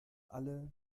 alle